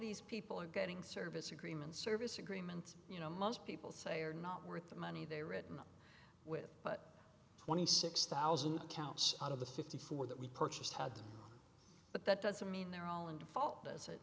these people are getting service agreements service agreements you know most people say are not worth the money they were written with but twenty six thousand counts out of the fifty four that we purchased had them but that doesn't mean they're all in default